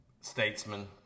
Statesman